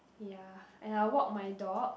ya and I walk my dog